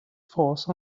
force